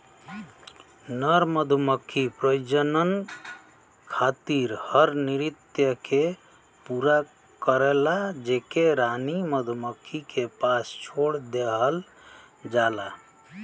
नर मधुमक्खी प्रजनन खातिर हर नृत्य के पूरा करला जेके रानी मधुमक्खी के पास छोड़ देहल जाला